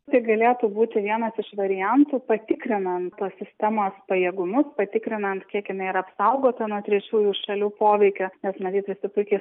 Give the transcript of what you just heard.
tai galėtų būti vienas iš variantų patikrinant tos sistemos pajėgumus patikrinant kiek jinai yra apsaugota nuo trečiųjų šalių poveikio nes matyt visi puikiai